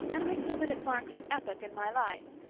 and i feel that it marks an epoch in my life.